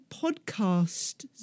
podcast